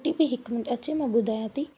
OTP हिकु minute अचे मां ॿुधायां थी